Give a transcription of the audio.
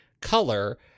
color